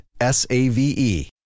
S-A-V-E